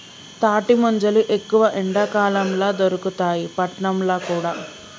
తాటి ముంజలు ఎక్కువ ఎండాకాలం ల దొరుకుతాయి పట్నంల కూడా